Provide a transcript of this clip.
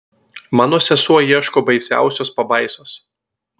mano sesuo ieško baisiausios pabaisos